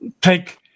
take